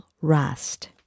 Rast